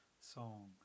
song